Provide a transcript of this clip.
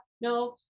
no